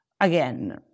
again